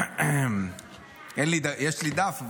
יש לי דף,